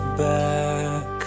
back